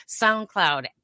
SoundCloud